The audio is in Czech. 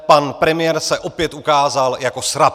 Pan premiér se opět ukázal jako srab!